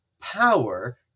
power